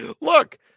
Look